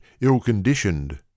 ill-conditioned